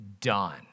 done